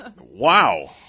wow